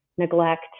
neglect